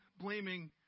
blaming